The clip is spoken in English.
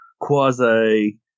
quasi-